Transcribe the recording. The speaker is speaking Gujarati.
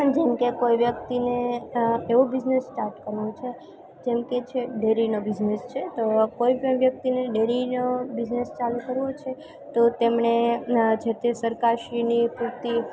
જેમકે કોઈ વ્યક્તિને એવો બિઝનેસ સ્ટાર્ટ કરવું છે જેમકે છે ડેરીનો બિઝનેસ છે તો કોઈપણ વ્યક્તિને ડેરીનો બિઝનેસ ચાલુ કરવો છે તો તેમણે જેતે સરકારશ્રીની પૂરતી